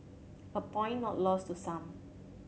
a point not lost to some